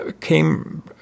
came